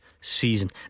season